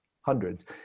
hundreds